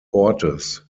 ortes